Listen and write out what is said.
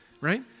right